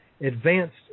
advanced